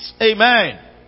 Amen